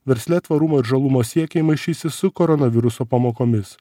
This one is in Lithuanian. versle tvarumo ir žalumo siekiai maišysi su koronaviruso pamokomis